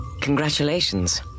Congratulations